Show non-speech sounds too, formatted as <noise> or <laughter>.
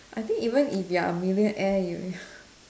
I think even if you're a millionaire you <breath>